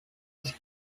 used